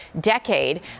decade